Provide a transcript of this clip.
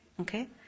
Okay